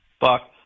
Buck